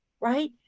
right